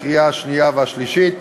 לקריאה השנייה והשלישית.